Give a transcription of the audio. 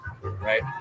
right